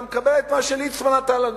אתה מקבל את מה שליצמן נתן לנו: